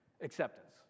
Acceptance